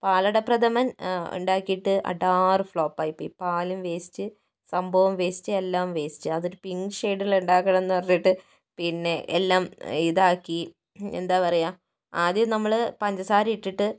പാലടപ്രധമൻ ഉണ്ടാക്കിട്ട് അടാറ് ഫ്ലോപ്പ് ആയിപോയി പാലും വേസ്റ്റ് സംഭവം വേസ്റ്റ് എല്ലാം വേസ്റ്റ് അത് ഒരു പിങ്ക് ഷെഡിൽ ഉണ്ടാക്കണം എന്ന് പറഞ്ഞിട്ട് പിന്നെ എല്ലാം ഇതാക്കി എന്താ പറയുക ആദ്യം നമ്മള് പഞ്ചസാര ഇട്ടിട്ട്